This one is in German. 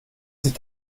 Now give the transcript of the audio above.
nicht